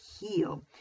heal